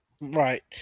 Right